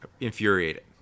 infuriated